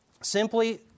Simply